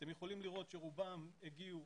אתם יכולים לראות שרובם הגיעו